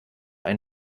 ein